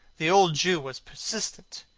the old jew was persistent.